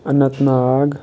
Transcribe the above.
Anant Nag